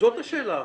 זאת השאלה האמיתית.